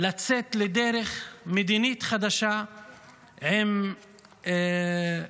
לצאת לדרך מדינית חדשה עם סוריה.